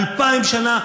אלפיים שנה,